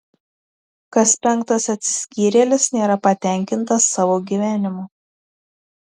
kas penktas atsiskyrėlis nėra patenkintas savo gyvenimu